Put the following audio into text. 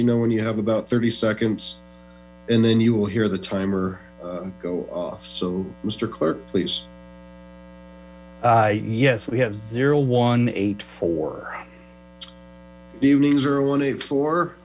you know when you have about thirty seconds and then you will hear the timer go off so mr clerk please yes we have zero one eight four